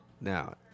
Now